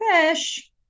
Fish